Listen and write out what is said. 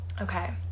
Okay